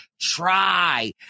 try